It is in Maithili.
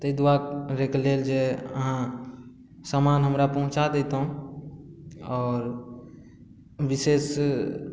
ताहि दुआरेके लेल जे अहाँ सामान हमरा पहुँचा देतहुँ आओर विशेष